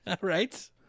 Right